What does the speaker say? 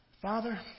Father